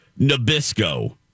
Nabisco